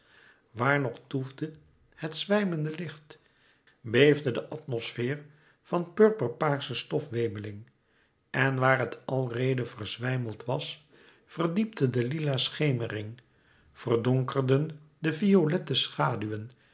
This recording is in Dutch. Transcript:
waar nog toefde het zwijmende licht beefde de atmosfeer van purperpaarse stofwemeling en waar het alreede verzwijmd was verdiepte de lila schemering verdonkerden de violette schaduwen